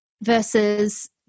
versus